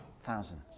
thousands